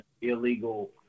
illegal